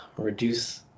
reduce